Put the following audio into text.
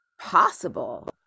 possible